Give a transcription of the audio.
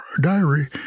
diary